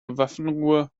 waffenruhe